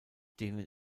denen